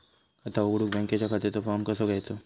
खाता उघडुक बँकेच्या खात्याचो फार्म कसो घ्यायचो?